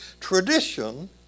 tradition